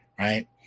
Right